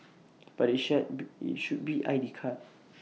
but IT shall be IT should be I D card